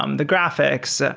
um the graphics, ah